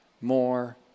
more